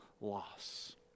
loss